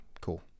Cool